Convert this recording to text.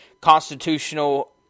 constitutional